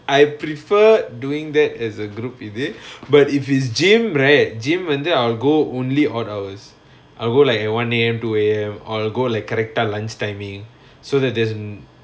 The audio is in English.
I prefer doing that as a group you see but if it's gym right gym வந்து:vanthu I'll go only odd hours I'll go like at one A_M two A_M or go like correct ah lunch timing so that there's